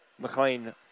McLean